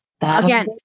Again